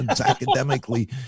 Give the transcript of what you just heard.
academically